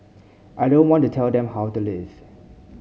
I don't want to tell them how to live